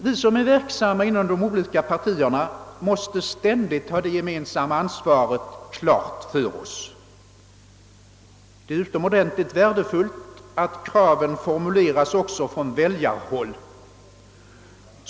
Vi som är verksamma inom de olika partierna måste ständigt ha detta klart för oss. Det är utomordentligt värdefullt att kraven formuleras också från väljarhåll.